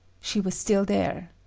she was still there.